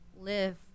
live